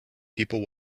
people